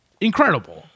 incredible